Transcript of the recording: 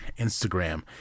instagram